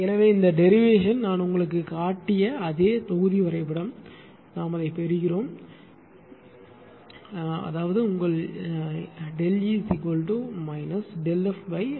எனவே இந்த டெரிவேஷன் நான் உங்களுக்குக் காட்டிய அதே தொகுதி வரைபடமே அதை பெறுகிறோம் என்பதை இங்கே நான் உங்களுக்குக் காண்பித்தேன்